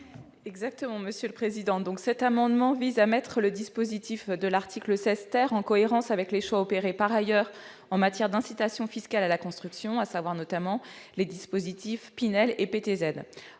à Mme Christine Lavarde. Cet amendement vise à mettre le dispositif de l'article 16 en cohérence avec les choix opérés par ailleurs en matière d'incitations fiscales à la construction, à savoir, notamment, le dispositif Pinel et le